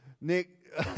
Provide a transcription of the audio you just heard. nick